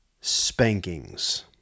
spankings